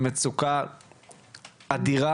עם מצוקה אדירה.